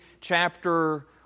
chapter